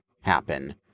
happen